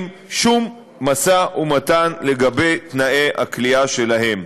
שום משא ומתן לגבי תנאי הכליאה שלהם.